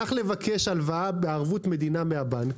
הוא הלך לבקש הלוואה בערבות מדינה מהבנק.